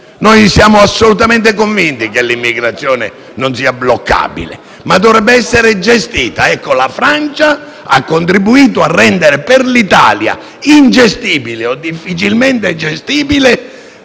Siamo assolutamente convinti che l'immigrazione non sia bloccabile, ma debba essere gestita. La Francia ha contribuito a rendere all'Italia ingestibile o difficilmente gestibile